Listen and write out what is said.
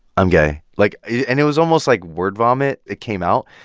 i'm gay. like, yeah and it was almost, like, word vomit. it came out.